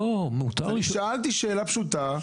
שאלתי שאלה פשוטה,